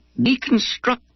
deconstruct